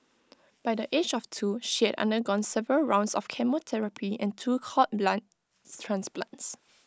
by the age of two she had undergone several rounds of chemotherapy and two cord blood transplants